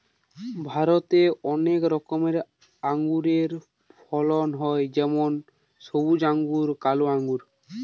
ভারতে অনেক রকমের আঙুরের ফলন হয় যেমন সবুজ আঙ্গুর, কালো আঙ্গুর